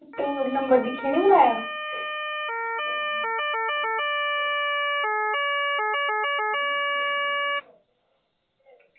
तू नंबर दिक्खियै निं मिलाया